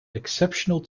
exceptional